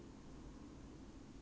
绵绵羊 ah